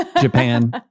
Japan